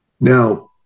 Now